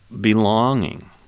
belonging